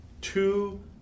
two